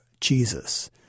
Jesus